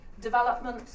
development